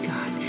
God